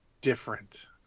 different